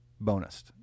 bonus